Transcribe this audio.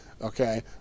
okay